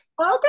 Okay